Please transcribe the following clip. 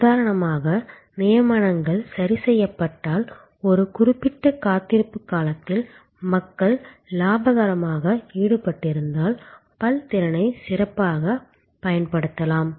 உதாரணமாக நியமனங்கள் சரி செய்யப்பட்டால் ஒரு குறிப்பிட்ட காத்திருப்பு காலத்தில் மக்கள் லாபகரமாக ஈடுபட்டிருந்தால் பல் திறனை சிறப்பாகப் பயன்படுத்தலாம்